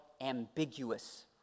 ambiguous